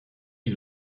die